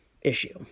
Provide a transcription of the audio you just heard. issue